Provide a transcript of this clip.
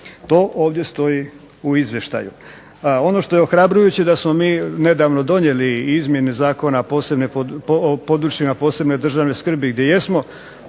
To ovdje stoji u izvještaju. Ono što je ohrabrujuće da smo mi nedavno donijeli i izmjene Zakona o područjima posebne državne skrbi gdje jesmo